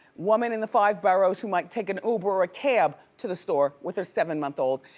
woman in the five boroughs who might take an uber or a cab to the store with her seven month old,